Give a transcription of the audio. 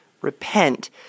repent